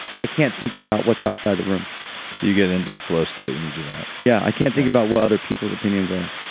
i can't think about what's outside the room so you get into the flow state when you do that yeah, i can't think about what other people's opinions are.